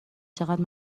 چقدر